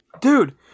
Dude